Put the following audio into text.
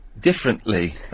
differently